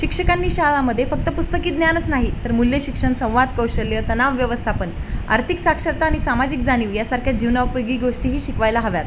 शिक्षकांनी शाळामध्ये फक्त पुस्तकी ज्ञानच नाही तर मूल्य शिक्षण संवाद कौशल्य तणाव व्यवस्थापन आर्थिक साक्षरता आणि सामाजिक जाणीव या सारख्या जीवना उपयोगी गोष्टीही शिकवायला हव्यात